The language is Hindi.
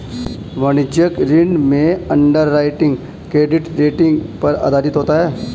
वाणिज्यिक ऋण में अंडरराइटिंग क्रेडिट रेटिंग पर आधारित होता है